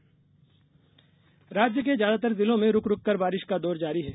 मौसम राज्य के ज्यादातर जिलों में रुक रुककर बारिश का दौर जारी है